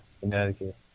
Connecticut